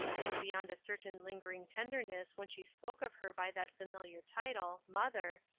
and beyond a certain lingering tenderness when she spoke of her by that familiar title, mother,